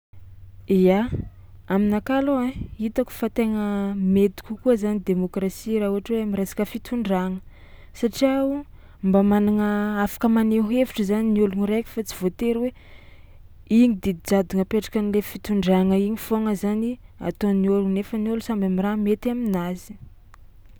Ia, aminakahy alôha ai, hitako fa tegna mety kokoa zany demôkrasia raha ohatra hoe am'resaka fitondragna satria o mba managna afaka maneho hevitry zany ny ôlogno raiky fa tsy voatery hoe iny didy jadona apetraka am'le fitondragna igny foagna zany ataon'ny ôlo nefa ny ôlo samby am'raha mety aminazy.